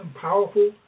powerful